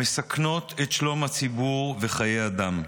המסכנות את שלום הציבור וחיי אדם.